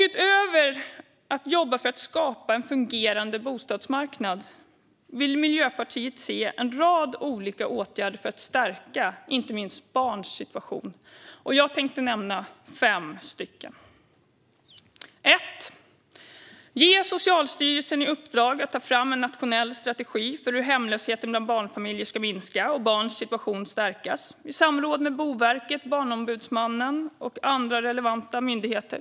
Utöver att jobba för att skapa en fungerande bostadsmarknad vill Miljöpartiet se en rad olika åtgärder för att stärka inte minst barns situation, och jag ska nämna fem stycken. För det första: Ge Socialstyrelsen i uppdrag att ta fram en nationell strategi för hur hemlösheten bland barnfamiljer ska minska och barns situation stärkas, i samråd med Boverket, Barnombudsmannen och andra relevanta myndigheter.